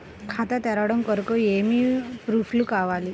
ఖాతా తెరవడం కొరకు ఏమి ప్రూఫ్లు కావాలి?